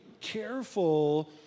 careful